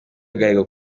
agahigo